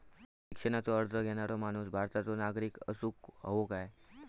शिक्षणाचो कर्ज घेणारो माणूस भारताचो नागरिक असूक हवो काय?